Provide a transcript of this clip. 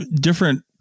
different